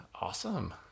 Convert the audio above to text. Awesome